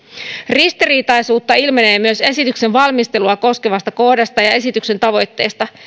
ristiriitaisuutta ilmenee myös esityksen valmistelua koskevasta kohdasta ja ja esityksen tavoitteista